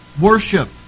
Worship